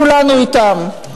כולנו אתם.